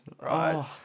right